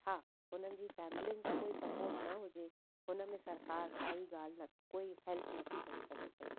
हा हुननि जी फैमलियुनि जो कोई सपोट न हुजे हुनमें सरकार कोई ॻाल्हि न कोई हेल्प नथी करे सघे पई